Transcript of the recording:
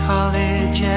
College